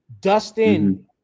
Dustin